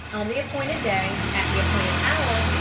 on the appointed day, at the appointed hour,